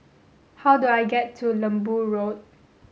how do I get to Lembu Road